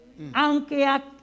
Aunque